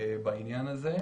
בעניין הזה.